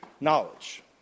knowledge